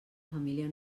família